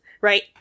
right